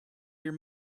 your